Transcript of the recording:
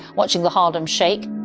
watching the harlem shake.